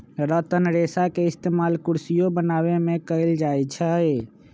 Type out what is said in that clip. रतन रेशा के इस्तेमाल कुरसियो बनावे में कएल जाई छई